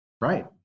right